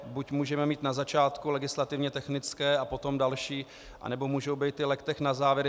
Buď můžeme mít na začátku legislativně technické a potom další, nebo můžou být ty legtech na závěr.